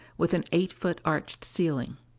with an eight foot arched ceiling.